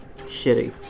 Shitty